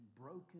broken